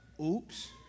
Oops